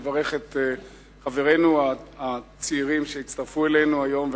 לברך את חברינו הצעירים שהצטרפו אלינו היום,